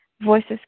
Voices